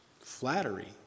flattery